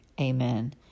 Amen